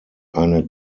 eine